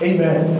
Amen